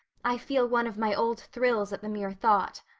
i feel one of my old thrills at the mere thought.